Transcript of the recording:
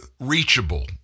reachable